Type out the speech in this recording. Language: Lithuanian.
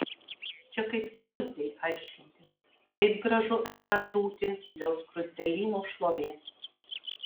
čia kaip skruzdei aiškinti kaip gražu esą žūti dėl skruzdėlyno šlovės